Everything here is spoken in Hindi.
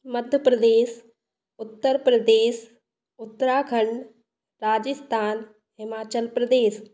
मध्य प्रदेश उत्तर प्रदेश उत्तराखंड राजस्थान हिमाचल प्रदेश